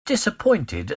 disappointed